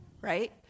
Right